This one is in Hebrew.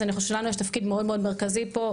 אני חושבת שלנו יש תפקיד מאוד מאוד מרכזי פה.